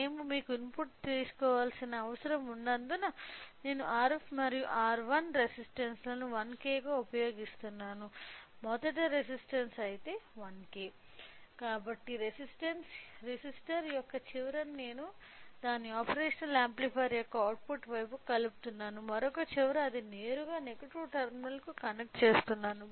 మేము మీకు ఇన్పుట్ తెలుసుకోవాల్సిన అవసరం ఉన్నందున నేను RF మరియు R1 రెసిస్టన్స్ ను 1K గా ఉపయోగిస్తున్నాను మొదటి రెసిస్టన్స్ అయితే 1K కాబట్టి రెసిస్టర్ యొక్క చివర ను నేను దాని ఆపరేషనల్ యాంప్లిఫైయర్ యొక్క అవుట్పుట్ వైపుకు కలుపుతున్నాను మరొక చివర అది నేరుగా నెగిటివ్ టెర్మినల్కు కనెక్ట్ చేస్తాము